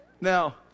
Now